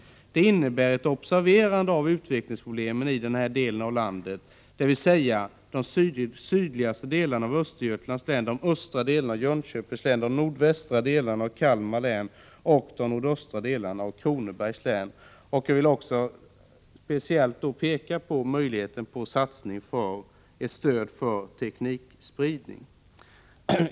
Detta innebär ett observerande av utvecklingsproblemen i den här delen av landet, dvs. de sydligaste delarna av Östergötlands län, de östra delarna av Jönköpings län, de nordvästra delarna av Kalmar län och de nordöstra delarna av Kronobergs län.” Jag vill också speciellt peka på möjligheterna att få stöd till en satsning på teknikspridning.